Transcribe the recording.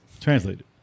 Translated